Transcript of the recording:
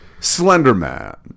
slenderman